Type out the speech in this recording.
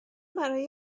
برای